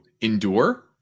endure